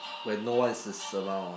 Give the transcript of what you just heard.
when no one is is around